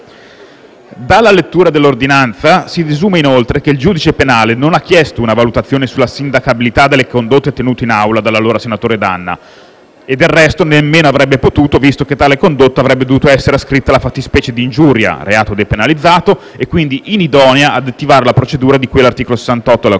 Dalla lettura dell'ordinanza si desume inoltre che il giudice penale non ha chiesto una valutazione sulla sindacabilità delle condotte tenute in Aula dall'allora senatore D'Anna, e del resto nemmeno avrebbe potuto, visto che tale condotta avrebbe dovuto essere ascritta alla fattispecie di ingiuria, reato depenalizzato, e quindi inidonea ad attivare la procedura di cui all'articolo 68 della Costituzione,